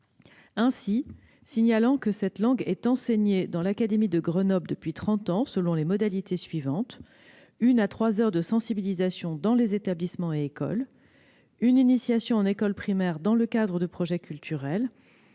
Ainsi, signalons que la langue est enseignée dans l'académie de Grenoble depuis trente ans selon les modalités suivantes : une à trois heures de sensibilisation dans les établissements et écoles ; une initiation en école primaire dans le cadre de projets culturels